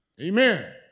Amen